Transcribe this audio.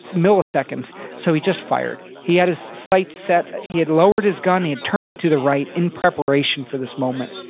milliseconds. so he just fired. he had his sight set, he had lowered his gun, he had turned it to the right in preparation for this moment.